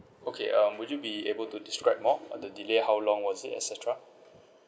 okay um would you be able to describe more the delay how long was it et cetera